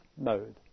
mode